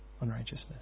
unrighteousness